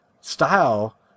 style